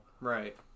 Right